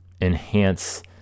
enhance